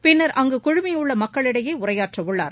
பின்னர் அங்கு குழுமியுள்ள மக்களிடையே உரையாற்றவுள்ளார்